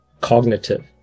cognitive